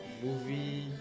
Movie